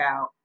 out